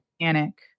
panic